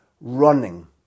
running